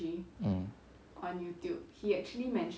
mm